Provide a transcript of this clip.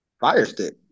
Firestick